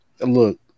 Look